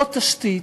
בעוד תשתית.